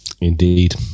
Indeed